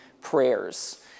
prayers